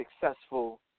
successful